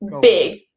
big